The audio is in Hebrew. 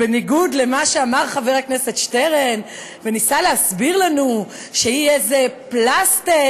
בניגוד למה שאמר חבר הכנסת שטרן וניסה להסביר לנו שהיא איזה פלסטר,